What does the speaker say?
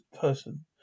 person